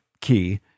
key